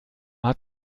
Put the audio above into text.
hat